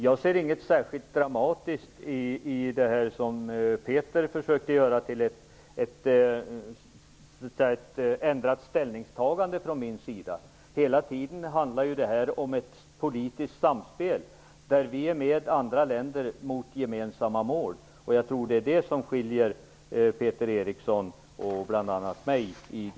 Jag ser inget särskilt dramatiskt i det som Peter Eriksson försöker att göra till ett ändrat ställningstagande från min sida. Det handlar hela tiden om ett politiskt samspel där Sverige är med andra länder i strävan mot gemensamma mål. Jag tror att det är den grundinställningen som skiljer Peter Eriksson och bl.a. mig.